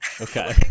Okay